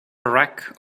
wreck